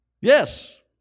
Yes